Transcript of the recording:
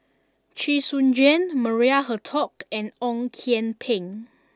Chee Soon Juan Maria Hertogh and Ong Kian Peng